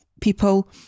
people